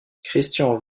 christian